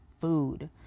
food